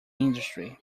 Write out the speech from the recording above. industry